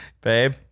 babe